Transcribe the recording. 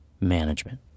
management